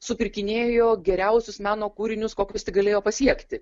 supirkinėjo geriausius meno kūrinius kokius tik galėjo pasiekti